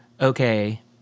okay